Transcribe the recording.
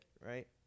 right